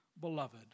Beloved